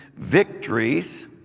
Victories